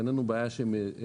אין לנו בעיה שהם